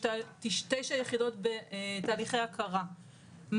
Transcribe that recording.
תשע יחידות בתהליכי הכרה,